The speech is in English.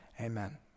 Amen